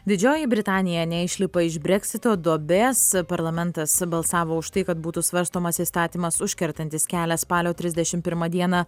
didžioji britanija neišlipa iš breksito duobės parlamentas balsavo už tai kad būtų svarstomas įstatymas užkertantis kelią spalio trisdešimt pirmą dieną